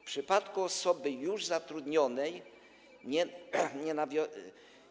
W przypadku osoby już zatrudnionej